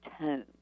tone